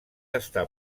estar